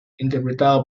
interpretado